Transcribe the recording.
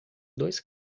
dois